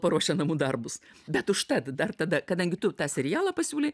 paruošę namų darbus bet užtat dar tada kadangi tu tą serialą pasiūlei